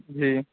جی